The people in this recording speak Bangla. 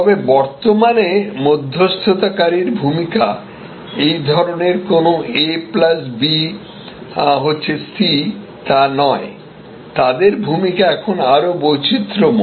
তবে বর্তমানে মধ্যস্থতাকারীর ভূমিকা এই ধরণের কোনও এ প্লাস বি হচ্ছে সি তা নয় তাদের ভূমিকা এখন আরও বৈচিত্র্যময়